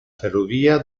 ferrovia